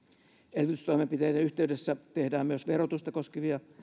elvytystoimenpiteiden yhteydessä tehdään myös verotusta koskevia